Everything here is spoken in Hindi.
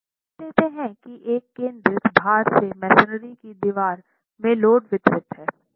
मान लेते हैं की एक केंद्रित भार से मेसनरी की दीवार में लोड वितरण है